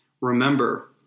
Remember